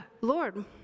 Lord